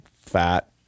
fat